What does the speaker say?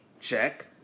check